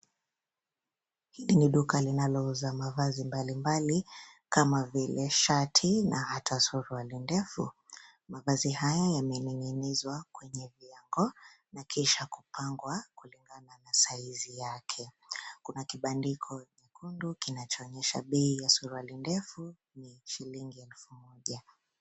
Hili ni duka linalouza mavazi mbalimbali, kama vile shati na hata suruali ndefu. Mavazi haya yamening'inizwa kwenye viango na kisha kupangwa kulingana na size yake. Kuna kibandiko chekundu kinachoonyesha bei ya suruali ndefu; ni shilingi elfu moja.